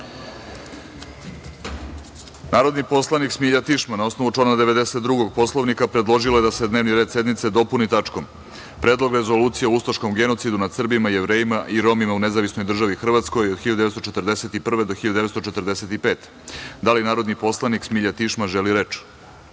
predlog. Narodni poslanik Smilja Tišma, na osnovu člana 92. Poslovnika, predložila je da se dnevni red sednice dopuni tačkom – Predlog rezolucije o ustaškom genocidu nad Srbima, Jevrejima i Romima u Nezavisnoj Državi Hrvatskoj (1941-1945).Da li narodni poslanik Smilja Tišma želi reč?